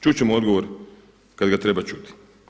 Čut ćemo odgovor kada ga treba čuti.